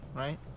right